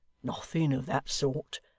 nothing of that sort.